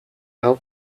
hau